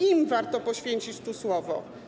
Im warto poświęcić słowo.